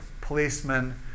policemen